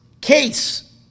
case